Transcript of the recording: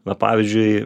na pavyzdžiui